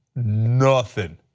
nothing.